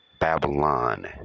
Babylon